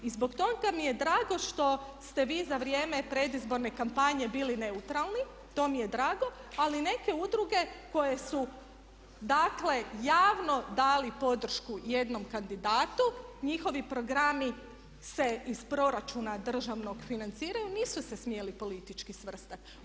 I zbog toga mi je drago što ste vi za vrijeme predizborne kampanje bili neutralni, to mi je drago ali neke udruge koje su dakle javno dale podršku jednom kandidatu, njihovi programi se iz proračuna državnog financiraju nisu se smjeli politički svrstati.